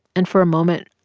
and for a moment,